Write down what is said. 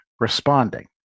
Responding